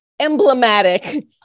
emblematic